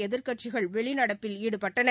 எதிர்கட்சிகள் வெளிநடப்பில் ஈடுபட்டன